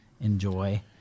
enjoy